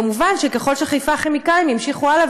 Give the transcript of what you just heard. מובן שככל ש"חיפה כימיקלים" המשיכו הלאה,